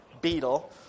Beetle